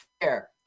fair